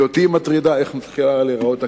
כי אותי היא מטרידה, איך הכנסת מתחילה להיראות.